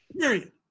Period